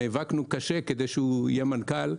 נאבקנו קשה כדי שהוא יהיה המנכ"ל.